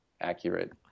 accurate